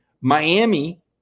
Miami